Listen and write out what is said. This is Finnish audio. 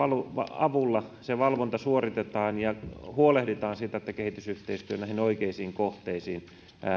avulla se valvonta suoritetaan ja huolehditaan siitä että kehitysyhteistyö näihin oikeisiin kohteisiin